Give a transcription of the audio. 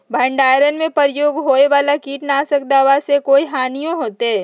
भंडारण में प्रयोग होए वाला किट नाशक दवा से कोई हानियों होतै?